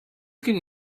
can